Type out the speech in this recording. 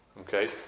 Okay